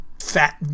fat